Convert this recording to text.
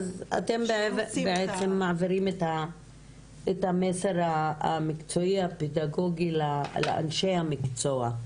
אתם בעצם מעבירים את המסר המקצועי הפדגוגי לאנשי המקצוע,